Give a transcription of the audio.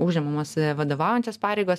užimamos vadovaujančios pareigos